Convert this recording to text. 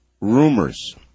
rumors